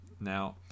Now